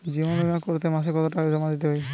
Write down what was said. জীবন বিমা করতে মাসে কতো টাকা জমা দিতে হয়?